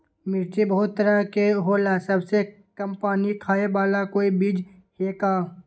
मिर्ची बहुत तरह के होला सबसे कम पानी खाए वाला कोई बीज है का?